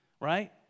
right